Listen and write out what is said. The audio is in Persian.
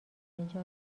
بسته